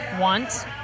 want